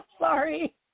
Sorry